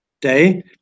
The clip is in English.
day